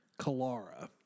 Kalara